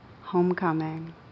homecoming